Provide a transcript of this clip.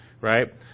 right